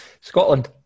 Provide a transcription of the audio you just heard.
Scotland